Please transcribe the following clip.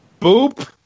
Boop